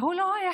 והוא לא היחיד,